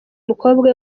umukobwa